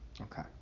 Okay